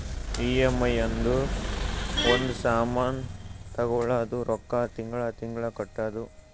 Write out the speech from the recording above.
EMI ಅಂದುರ್ ಒಂದ್ ಸಾಮಾನ್ ತಗೊಳದು ರೊಕ್ಕಾ ತಿಂಗಳಾ ತಿಂಗಳಾ ಕಟ್ಟದು